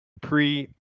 Pre